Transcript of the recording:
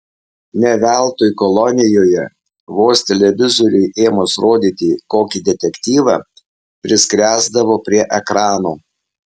ne veltui kolonijoje vos televizoriui ėmus rodyti kokį detektyvą priskresdavo prie ekrano